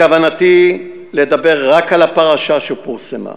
בכוונתי לדבר רק על הפרשה שפורסמה,